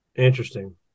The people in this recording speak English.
interesting